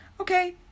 okay